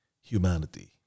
humanity